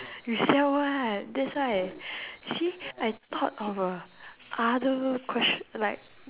you sell what that's why see I thought of a harder questi~ like